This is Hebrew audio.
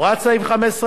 הוראת סעיף 15,